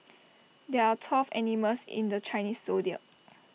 there are twelve animals in the Chinese Zodiac